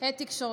הד תקשורתי.